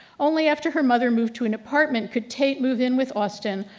only after her mother moved to an apartment could tate move in with austen,